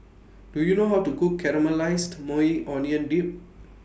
Do YOU know How to Cook Caramelized Maui Onion Dip